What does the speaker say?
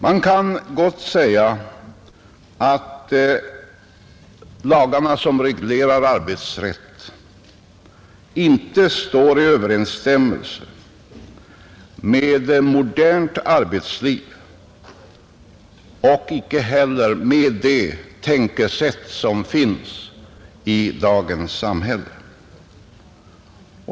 Man kan gott säga att lagarna som reglerar arbetsrätten inte står i överensstämmelse med ett modernt arbetsliv och icke heller med de tänkesätt som finns i dagens samhälle.